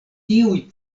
tiuj